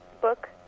book